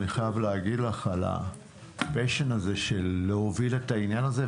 אני חייב להגיד לך על ה- passionלהוביל את העניין הזה,